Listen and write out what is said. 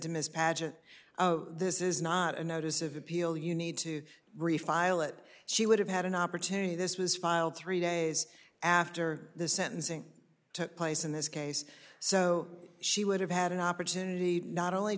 miss pageant this is not a notice of appeal you need to refile it she would have had an opportunity this was filed three days after the sentencing took place in this case so she would have had an opportunity not only